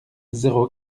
zéro